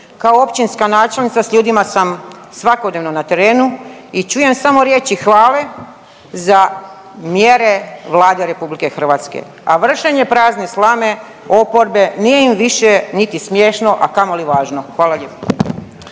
Kao općinska načelnica s ljudima sam svakodnevno na terenu i čujem samo riječi hvale za mjere Vlade RH, a vršenje prazne slame oporbe nije vam više niti smiješno, a kamoli važno. Hvala lijepo.